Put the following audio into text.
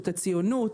את הציונות,